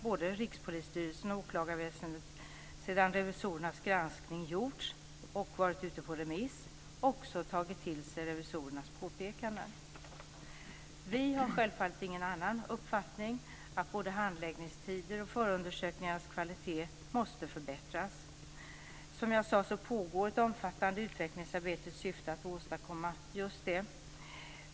Både Rikspolisstyrelsen och åklagarväsendet har, sedan revisorernas granskning gjorts och varit ute på remiss, tagit till sig revisorernas påpekanden. Vi har självfallet ingen annan uppfattning än att både handläggningstider och förundersökningarnas kvalitet måste förbättras. Som jag sade pågår ett omfattande utvecklingsarbete i syfte att åstadkomma just det.